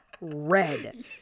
red